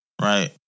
right